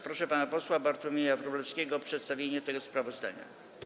Proszę pana posła Bartłomieja Wróblewskiego o przedstawienie tego sprawozdania.